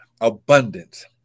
abundance